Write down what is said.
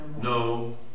no